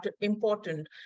important